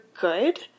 good